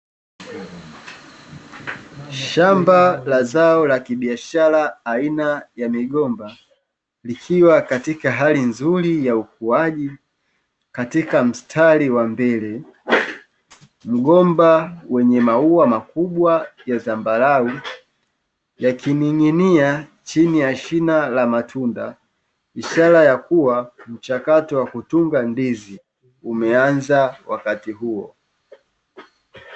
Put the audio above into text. Shamba la zao la kibiashara aina ya migomba likiwa katika hali nzuri ya ukuaji katika mstari wa mbele. Mgomba wenye maua makubwa ya zambarau yakining'inia chini ya shina la matunda ishara ya kuwa mchakato wa kutunga ndizi umeanza wakati huo.